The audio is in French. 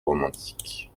romantiques